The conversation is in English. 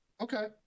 okay